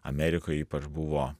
amerikoj ypač buvo